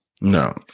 No